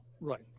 Right